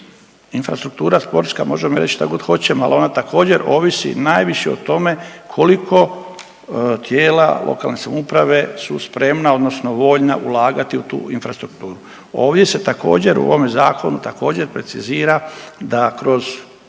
Infrastruktura sportska, možemo reći šta god hoćemo, ali ona također, ovisi najviše o tome koliko tijela lokalne samouprave su spremna odnosno voljna ulagati u tu infrastrukturu. Ovdje se također, u ovome Zakonu također, precizira da kroz